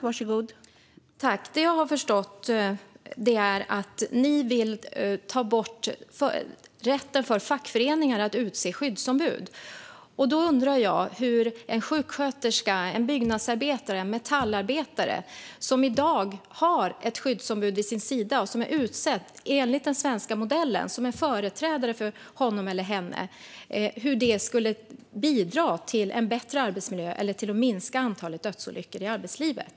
Fru talman! Det jag har förstått är att Sverigedemokraterna vill ta bort rätten för fackföreningar att utse skyddsombud. Då undrar jag vad det innebär för en sjuksköterska, en byggnadsarbetare eller en metallarbetare som i dag vid sin sida har ett skyddsombud som är utsett enligt den svenska modellen och som är företrädare för honom eller henne. Hur skulle detta bidra till en bättre arbetsmiljö eller till att minska antalet dödsolyckor i arbetslivet?